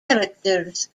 characters